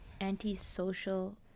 antisocial